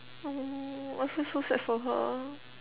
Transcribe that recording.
oh I feel so sad for her